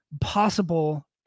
possible